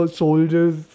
soldiers